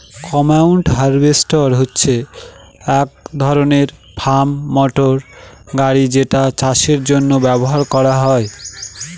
combine harvester হচ্ছে এক ধরনের ফার্ম মটর গাড়ি যেটা চাষের জন্য ব্যবহার করা হয়